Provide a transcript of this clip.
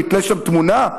או יתלה שם תמונה?